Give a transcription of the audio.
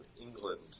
England